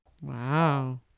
Wow